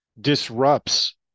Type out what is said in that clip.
disrupts